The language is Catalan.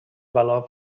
valor